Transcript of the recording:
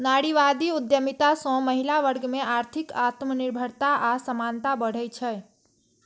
नारीवादी उद्यमिता सं महिला वर्ग मे आर्थिक आत्मनिर्भरता आ समानता बढ़ै छै